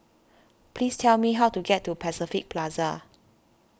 please tell me how to get to Pacific Plaza